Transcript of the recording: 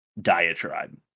diatribe